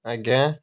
ଆଜ୍ଞା